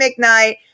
McKnight